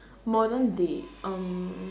modern day um